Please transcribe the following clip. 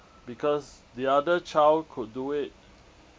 because the other child could do it